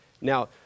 Now